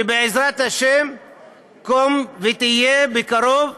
שבעזרת השם תהיה בקרוב.